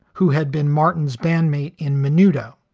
who had been martin's bandmate in menudo.